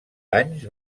anys